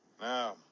Now